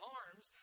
arms